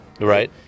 Right